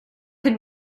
can